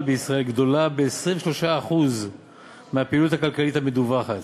בישראל גדולה ב-23% מהפעילות הכלכלית המדווחת.